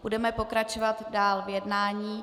Budeme pokračovat dál v jednání.